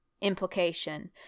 implication